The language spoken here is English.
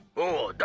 oh,